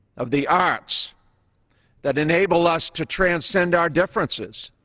of the arts that enable us to transcend our differences.